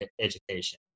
education